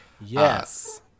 Yes